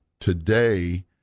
today